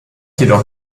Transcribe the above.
jedoch